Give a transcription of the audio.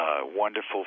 wonderful